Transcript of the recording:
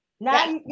Now